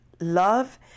love